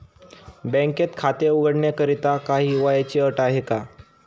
बँकेत खाते उघडण्याकरिता काही वयाची अट आहे का?